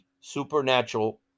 supernatural